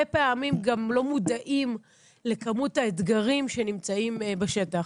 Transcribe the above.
פעמים גם לא מודעים לכמות האתגרים שנמצאים בשטח.